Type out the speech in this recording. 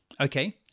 Okay